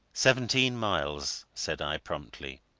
seventeen miles, said i, promptly.